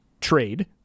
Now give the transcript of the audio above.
trade